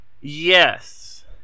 Yes